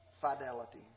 fidelity